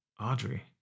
Audrey